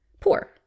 poor